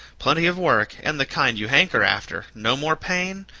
plenty of work, and the kind you hanker after no more pain,